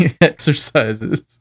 exercises